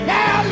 Now